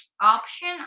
option